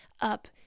up